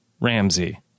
Ramsey